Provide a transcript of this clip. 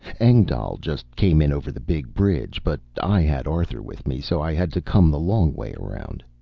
engdahl just came in over the big bridge, but i had arthur with me so i had to come the long way around.